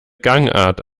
gangart